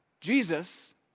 Jesus